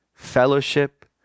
fellowship